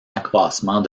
accroissement